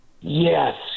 Yes